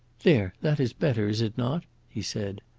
there, that is better, is it not? he said.